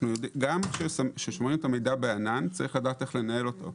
גם כששומרים את המידע בענן צריך לדעת איך לנהל אותו.